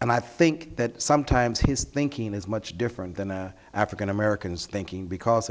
and i think that sometimes his thinking is much different than african americans thinking because of